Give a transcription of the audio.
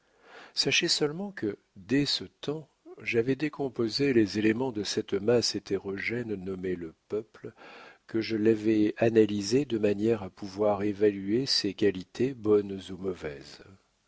sachez seulement que dès ce temps j'avais décomposé les éléments de cette masse hétérogène nommée le peuple que je l'avais analysée de manière à pouvoir évaluer ses qualités bonnes ou mauvaises